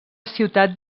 ciutat